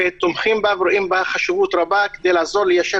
ותומכים בה ורואים בה חשיבות רבה כדי לעזור ליישב